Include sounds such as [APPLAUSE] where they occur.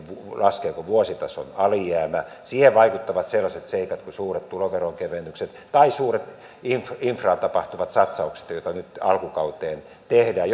laskeeko vuositason alijäämä siihen vaikuttavat sellaiset seikat kuin suuret tuloveronkevennykset tai suuret infraan infraan tapahtuvat satsaukset joita nyt alkukauteen tehdään [UNINTELLIGIBLE]